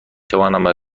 توانم